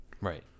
Right